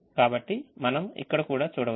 కాబట్టి మనం ఇక్కడ కూడా చూడవచ్చు